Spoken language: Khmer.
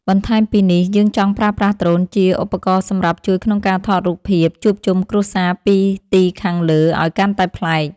បន្ថែមពីនេះ យើងចង់ប្រើប្រាស់ដ្រូនជាឧបករណ៍សម្រាប់ជួយក្នុងការថតរូបភាពជួបជុំគ្រួសារពីទីខាងលើឱ្យកាន់តែប្លែក។